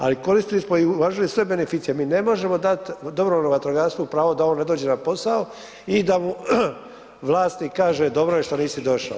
Ali koristili smo i uvažili sve beneficije, mi ne možemo dati dobrovoljnom vatrogastvu pravo da on ne dođe na posao i da mu vlasnik kaže dobro je što nisi došao.